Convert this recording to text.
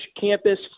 campus